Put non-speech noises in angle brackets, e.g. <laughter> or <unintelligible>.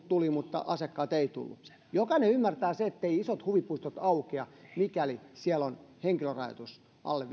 <unintelligible> tulivat mutta asiakkaat eivät tulleet jokainen ymmärtää sen etteivät isot huvipuistot aukea mikäli siellä on henkilörajoitus alle <unintelligible>